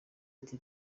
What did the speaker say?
ati